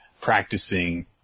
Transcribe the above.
practicing